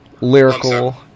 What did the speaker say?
lyrical